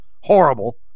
Horrible